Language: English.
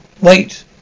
Wait